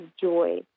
joy